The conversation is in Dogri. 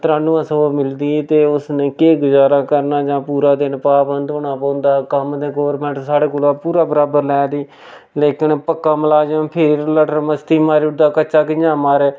तरानुऐं सौ मिलदी ते उस्स नै केह् गुजारा करना जां पूरा दिन पाबंद होना पौंदा कम्म तै गौरमैंट साढ़े कोली पूरा बराबर लै दी लेकन पक्का मलाजम फेर लटर मस्ती मारी ओड़दा कच्चा कि'यां मारै